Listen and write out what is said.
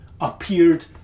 appeared